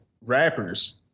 rappers